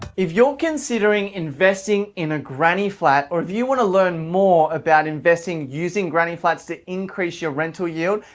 if you're considering investing in a granny flat or if you want to learn more about investing using granny flats to increase your rental yield,